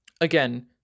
Again